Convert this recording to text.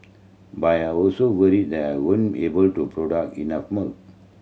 by I also worry that I won't able to product enough